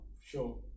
sure